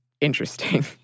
interesting